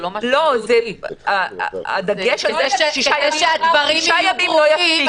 כדי שהדברים יהיו ברורים,